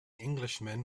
englishman